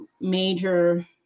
major